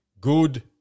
Good